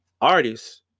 artists